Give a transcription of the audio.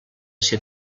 ser